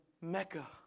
Mecca